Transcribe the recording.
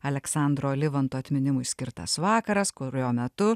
aleksandro livonto atminimui skirtas vakaras kurio metu